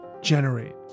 generate